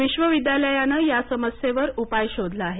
विश्वविद्यालयानं या समस्येवर उपाय शोधला आहे